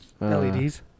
LEDs